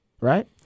right